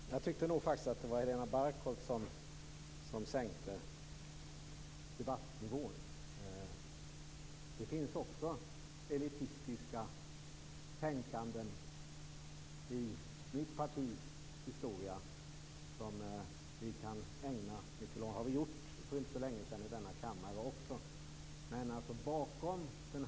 Fru talman! Jag tyckte nog faktiskt att det var Helena Bargholtz som sänkte debattnivån. Det finns också exempel på elitistiskt tänkande i mitt partis historia. Det har vi ägnat oss åt i denna kammare för inte så länge sedan.